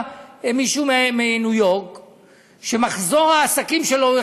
עם זה אני מסכימה.